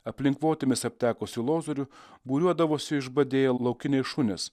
aplink votimis aptekusį lozorių būriuodavosi išbadėję laukiniai šunys